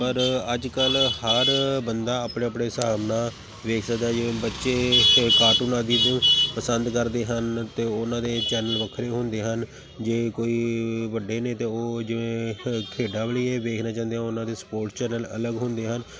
ਪਰ ਅੱਜ ਕੱਲ੍ਹ ਹਰ ਬੰਦਾ ਆਪਣੇ ਆਪਣੇ ਹਿਸਾਬ ਨਾਲ ਵੇਖ ਸਕਦਾ ਜਿਵੇਂ ਬੱਚੇ ਇੱਥੇ ਕਾਰਟੂਨਾਂ ਦੀ ਨੂੰ ਪਸੰਦ ਕਰਦੇ ਹਨ ਅਤੇ ਉਹਨਾਂ ਦੇ ਚੈਨਲ ਵੱਖਰੇ ਹੁੰਦੇ ਹਨ ਜੇ ਕੋਈ ਵੱਡੇ ਨੇ ਤਾਂ ਉਹ ਜਿਵੇਂ ਖੇਡਾਂ ਵਾਲੀਏ ਵੇਖਣਾ ਚਾਹੁੰਦੇ ਉਹਨਾਂ ਦੇ ਸਪੋਰਟ ਚੈਨਲ ਅਲੱਗ ਹੁੰਦੇ ਹਨ